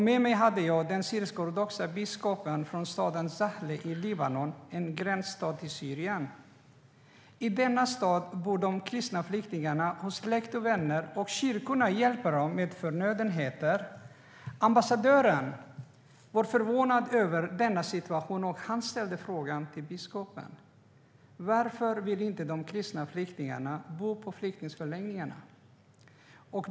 Med mig hade jag den syrisk-ortodoxe biskopen från staden Zahla i Libanon, en gränsstad till Syrien. Där bor de kristna flyktingarna hos släkt och vänner, och kyrkorna hjälper dem med förnödenheter. Ambassadören var förvånad över situationen och frågade biskopen varför de kristna flyktingarna inte vill bo på flyktingförläggningarna.